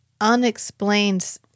Unexplained